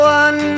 one